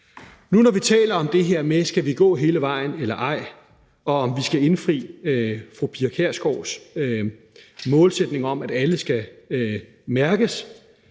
Nu, når vi taler om det her med, om vi skal gå hele vejen eller ej, og om vi skal indfri fru Pia Kjærsgaards målsætning om, at alle katte skal mærkes,